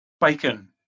Bacon